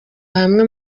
hamwe